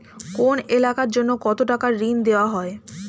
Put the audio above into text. কোন এলাকার জন্য কত টাকা ঋণ দেয়া হয়?